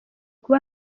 kuba